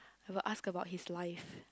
I will ask about his life